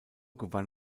gewann